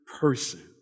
person